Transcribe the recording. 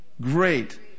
great